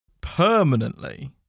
Permanently